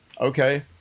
okay